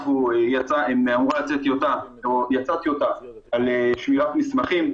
יצאה טיוטה על שמירת מסמכים,